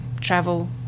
travel